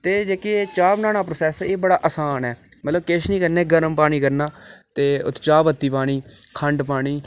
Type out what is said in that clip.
ते जेह्का चाह् बनाने दा प्रासैस ऐ एह् बड़ा आसान ऐ मतलब किश निं करना गर्म पानी करना ते उत्त चाह् पत्ती पानी खंड पानी